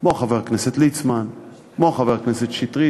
כמו חבר הכנסת ליצמן וכמו חבר הכנסת שטרית,